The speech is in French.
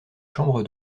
chambres